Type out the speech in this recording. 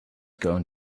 going